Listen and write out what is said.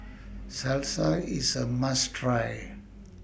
Salsa IS A must Try